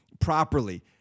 properly